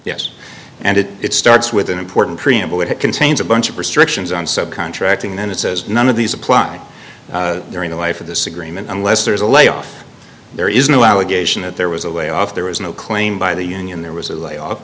yes and it it starts with an important preamble that it contains a bunch of restrictions on sub contracting then it says none of these applying during the life of this agreement unless there is a layoff there is no allegation that there was a layoff there was no claim by the union there was a layoff